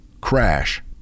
crash